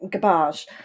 garbage